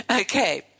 Okay